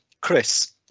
Chris